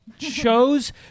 Shows